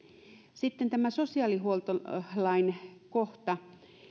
sitten tämä sosiaalihuoltolain kohta